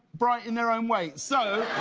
bright in their own way. so